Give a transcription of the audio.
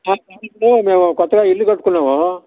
sir ఇప్పుడు మేము కొత్తగా ఇల్లు కట్టుకున్నాము